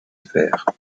fer